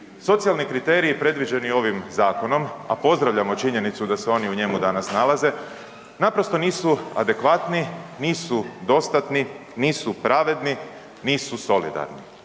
socijalni kriteriji predviđeni ovim zakonom, a pozdravljamo činjenicu da se oni u njemu danas nalaze, naprosto nisu adekvatni, nisu dostatni, nisu pravedni, nisu solidarni.